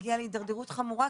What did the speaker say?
היא הגיעה להדרדרות חמורה,